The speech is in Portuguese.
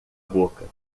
boca